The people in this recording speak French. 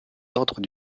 ordres